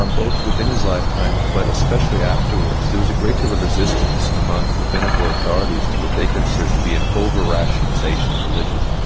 um both within his lifetime, but especially afterwards. there was a great deal of resistance among rabbinical authorities, to what they considered to be an over-rationalisation of religion.